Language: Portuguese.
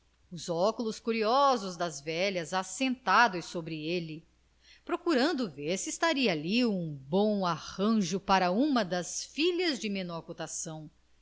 os óculos curiosos das velhas assestados sobre ele procurando ver se estaria ali um bom arranjo para uma das filhas de menor cotação